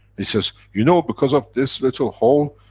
he says, you know because of this little hole,